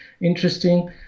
interesting